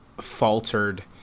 faltered